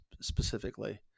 specifically